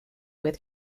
with